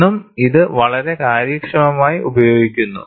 ഇന്നും ഇത് വളരെ കാര്യക്ഷമമായി ഉപയോഗിക്കുന്നു